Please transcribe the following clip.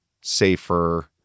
safer